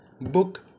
book